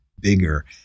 bigger